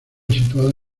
situada